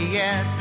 yes